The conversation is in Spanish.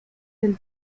del